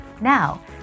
Now